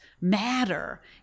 matter